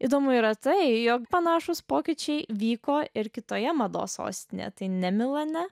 įdomu yra tai jog panašūs pokyčiai vyko ir kitoje mados sostinėje tai ne milane